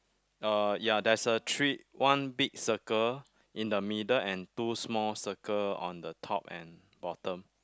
uh ya there's a tree one big circle in the middle and two small circle on the top and bottom